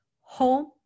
Home